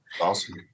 awesome